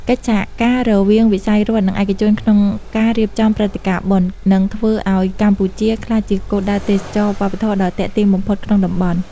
កិច្ចសហការរវាងវិស័យរដ្ឋ និងឯកជនក្នុងការរៀបចំព្រឹត្តិការណ៍បុណ្យ នឹងធ្វើឱ្យកម្ពុជាក្លាយជាគោលដៅទេសចរណ៍វប្បធម៌ដ៏ទាក់ទាញបំផុតក្នុងតំបន់។